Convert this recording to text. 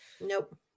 Nope